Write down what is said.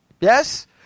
Yes